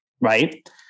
Right